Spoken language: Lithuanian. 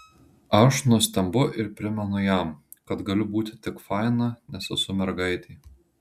aš nustembu ir primenu jam kad galiu būti tik faina nes esu mergaitė